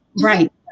right